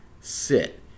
sit